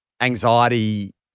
anxiety